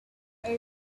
away